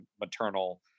maternal